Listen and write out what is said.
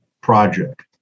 project